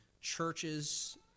churches